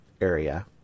area